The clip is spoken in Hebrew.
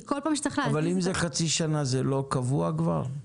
אם זה חצי שנה, זה לא קבוע כבר?